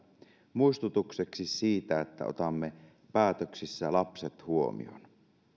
muistutukseksi siitä että otamme päätöksissä lapset huomioon